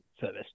service